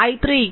75 ampere